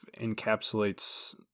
encapsulates